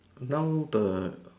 now the